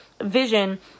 vision